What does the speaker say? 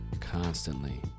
constantly